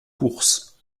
courses